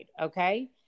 okay